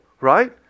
right